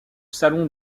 salon